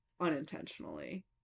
unintentionally